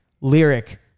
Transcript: lyric